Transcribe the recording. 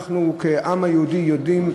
אנחנו כעם היהודי יודעים,